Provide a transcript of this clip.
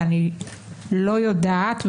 ואני לא יודעת,